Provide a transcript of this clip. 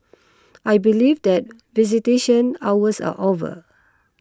I believe that visitation hours are over